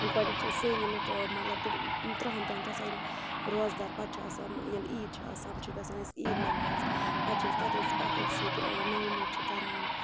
گۄڈٕنٮ۪تھ چھِ أسۍ سٲری لُکھ مطلب کہِ تٕرٛہَن تام چھِ آسان روزدار پَتہٕ چھِ آسان ییٚلہِ عیٖد چھِ آسان چھِ گژھان أسۍ عیٖد نٮ۪ماز پَتہٕ چھِ أسۍ تَتہِ أسۍ اَکھ أکِس سۭتۍ نالموت چھِ کَران